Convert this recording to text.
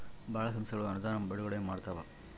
ಭಾಳ ಸಂಸ್ಥೆಗಳು ಅನುದಾನ ಬಿಡುಗಡೆ ಮಾಡ್ತವ